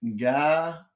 guy